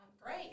great